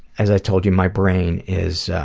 as i told you my brain is,